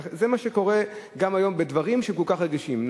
זה מה שקורה גם היום בדברים שהם כל כך רגישים.